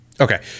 Okay